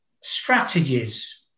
Strategies